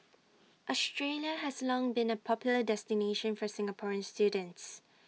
Australia has long been A popular destination for Singaporean students